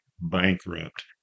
bankrupt